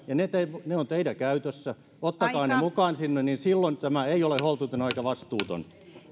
ja ne ovat teidän käytössänne ottakaa ne mukaan sinne niin silloin tämä ei ole holtiton eikä vastuuton